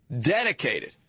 Dedicated